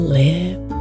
live